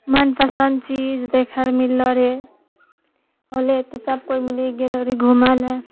मोन पसन्द चीज देखैलए मिललऽ रहै होलै तऽ सबकोइ मिलि गेलऽ रहिए घुमैलए